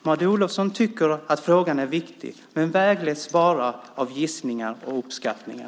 Maud Olofsson tycker att frågan är viktig men vägleds bara av gissningar och uppskattningar.